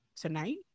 tonight